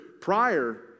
prior